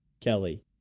Kelly